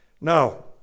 Now